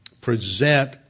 present